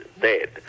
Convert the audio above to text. dead